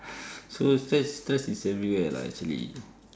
so stress stress is everywhere lah actually